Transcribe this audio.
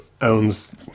owns